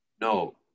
no